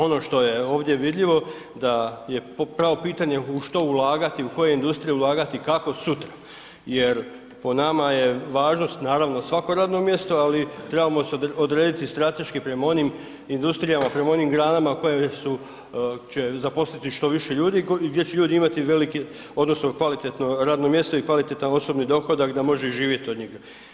Ono što je ovdje vidljivo je da je pravo pitanje u što ulagati, u koje industrije ulagati i kako sutra jer po nama je važno naravno svako radno mjesto ali trebamo se odrediti strateški prema onim industrijama, prema onim granama koje će zaposliti što više ljudi i gdje će ljudi imati velike odnosno kvalitetno radno mjesto i kvalitetan osobni dohodak da može živjeti od njega.